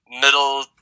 middle